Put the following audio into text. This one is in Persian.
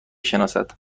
شناسد